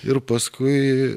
ir paskui